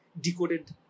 decoded